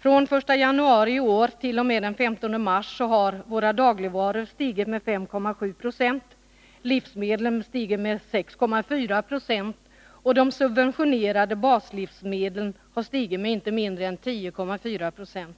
Från den 1 januari i år t.o.m. den 15 mars har våra dagligvaror stigit med 5,7 9o, livsmedlen med 6,4 26 och de subventionerade baslivsmedlen med inte mindre än 10,4 92.